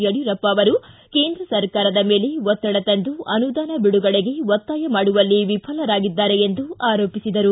ಯಡಿಯೂರಪ್ಪ ಅವರು ಕೇಂದ್ರ ಸರ್ಕಾರದ ಮೇಲೆ ಒತ್ತಡ ತಂದು ಅನುದಾನ ಬಿಡುಗಡೆಗೆ ಒತ್ತಾಯ ಮಾಡುವಲ್ಲಿ ವಿಫಲರಾಗಿದ್ದಾರೆ ಎಂದು ಆರೋಪಿಸಿದರು